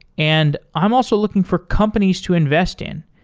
and i'm also looking for companies to invest in.